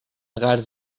قرض